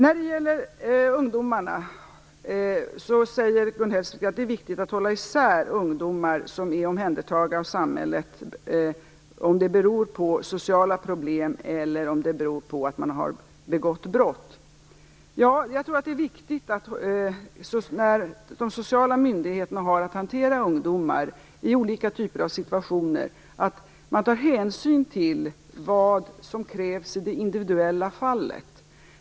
När det gäller ungdomarna säger Gun Hellsvik att det är viktigt att hålla isär om ungdomar är omhändertagna av samhället beroende på sociala problem eller beroende på att de har begått brott. Ja, jag tror att det är viktigt att ta hänsyn till vad som krävs i det individuella fallet när de sociala myndigheterna har att hantera ungdomar i olika typer av situationer.